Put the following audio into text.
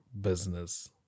business